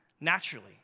Naturally